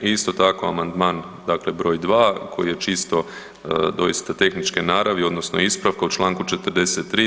I isto tako amandman, dakle broj dva koji je čisto doista tehničke naravi, odnosno ispravka u članku 43.